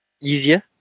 easier